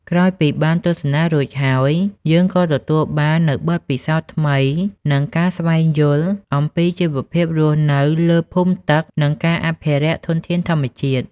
ក្រោយពីបានទស្សនារួចយើងក៏ទទួលបាននៅបទពិសោធន៍ថ្មីនិងការស្វែងយល់អំពីជីវភាពរស់នៅលើភូមិទឹក និងការអភិរក្សធនធានធម្មជាតិ។